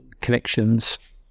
connections